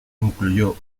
incluyó